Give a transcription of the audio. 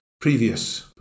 previous